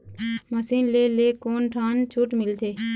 Machine ले ले कोन ठन छूट मिलथे?